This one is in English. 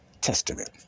Testament